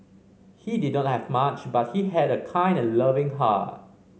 he did not have much but he had a kind and loving heart